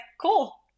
cool